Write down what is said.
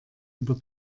über